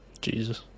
Jesus